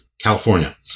california